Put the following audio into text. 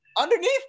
Underneath